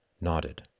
nodded